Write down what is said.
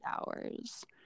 hours